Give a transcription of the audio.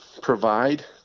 provide